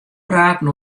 praten